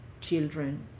children